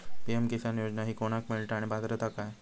PM किसान योजना ही कोणाक मिळता आणि पात्रता काय?